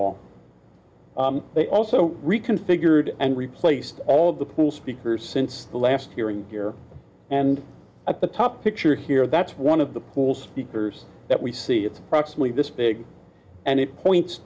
all they also reconfigured and replaced all of the pool speakers since the last hearing here and at the top picture here that's one of the pool speakers that we see it's approximately this big and it points